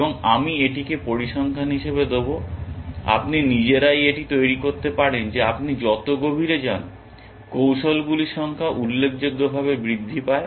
এবং আমি এটিকে পরিসংখ্যান হিসাবে দেব আপনি নিজেরাই এটি তৈরি করতে পারেন যে আপনি যত গভীরে যান কৌশলগুলির সংখ্যা উল্লেখযোগ্যভাবে বৃদ্ধি পায়